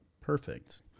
perfect